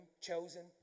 chosen